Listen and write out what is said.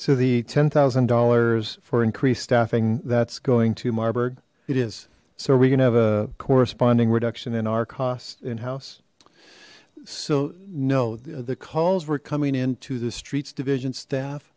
so the ten thousand dollars for increased staffing that's going to marburg it is so we can have a corresponding reduction in our cost in house so no the calls were coming in to the streets division staff